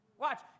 Watch